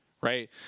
right